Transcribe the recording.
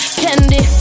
candy